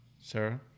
Sarah